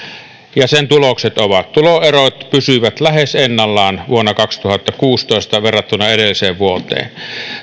ja sen tulokset ovat tuloerot pysyivät lähes ennallaan vuonna kaksituhattakuusitoista verrattuna edelliseen vuoteen